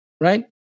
right